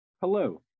Hello